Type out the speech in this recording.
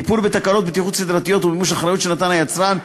טיפול בתקלות בטיחות סדרתיות ומימוש האחריות שנתן היצרן,